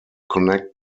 connect